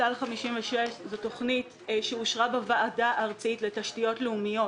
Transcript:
תת"ל 56 היא תוכנית שאושרה בוועדה הארצית לתשתיות לאומיות